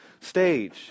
stage